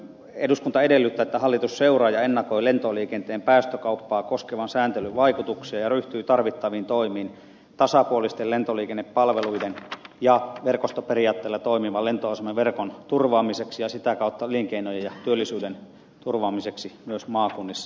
eduskunta edellyttää että hallitus seuraa ja ennakoi lentoliikenteen päästökauppaa koskevan sääntelyn vaikutuksia ja ryhtyy tarvittaviin toimiin tasapuolisten lentoliikennepalveluiden ja verkostoperiaatteella toimivan lentoasemaverkon turvaamiseksi ja sitä kautta elinkeinojen ja työllisyyden turvaamiseksi myös maakunnissa